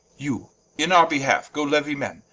you in our behalfe goe leuie men,